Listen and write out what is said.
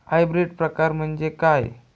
Hybrid प्रकार म्हणजे काय?